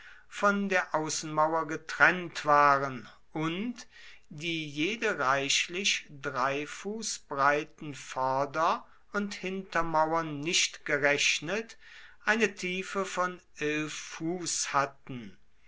von der außenmauer getrennt waren und die jede reichlich drei fuß breiten vorder und hintermauern nicht gerechnet eine tiefe von fuß hatten